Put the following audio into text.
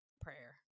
prayer